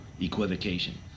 equivocation